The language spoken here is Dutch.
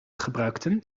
gebruikten